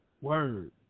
Word